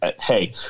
hey